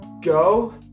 go